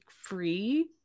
free